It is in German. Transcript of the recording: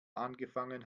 angefangen